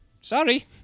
Sorry